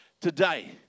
today